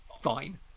fine